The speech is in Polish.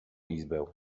izbę